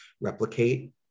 replicate